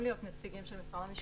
כן.